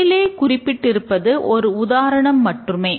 மேலே குறிப்பிட்டிருப்பது ஓர் உதாரணம் மட்டுமே